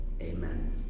Amen